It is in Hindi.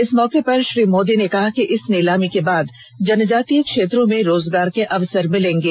इस मौके पर श्री मोदी ने कहा कि इस नीलामी के बाद जनजातीय क्षेत्रों में रोजगार के अवसर मिलेंगे